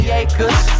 acres